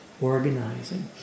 organizing